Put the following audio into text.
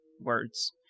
words